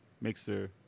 Mixer